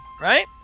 Right